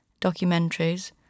documentaries